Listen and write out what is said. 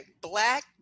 Black